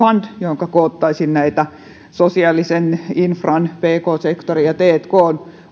fund johonka koottaisiin näitä sosiaalisen infran pk sektorin ja tkn